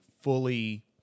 fully